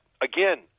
again